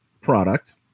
product